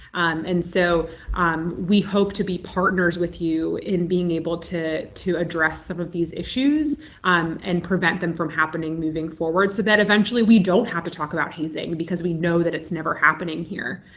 and so um we hope to be partners with you in being able to to address some of these issues um and prevent them from happening moving forward so that eventually we don't have to talk about hazing because we know that it's never happening here.